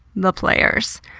the players.